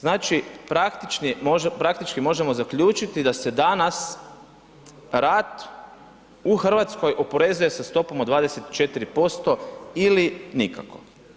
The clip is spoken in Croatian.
Znači, praktički možemo zaključiti da se danas rad u Hrvatskoj oporezuje sa stopom od 24% ili nikako.